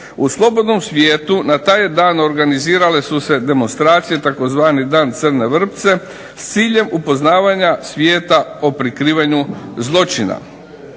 U slobodnom svijetu na taj dan organizirale su se demonstracije, tzv. "Dan crne vrpce", s ciljem upoznavanja svijeta o prikrivanju zločina.